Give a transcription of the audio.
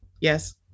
yes